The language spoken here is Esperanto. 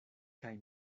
kaj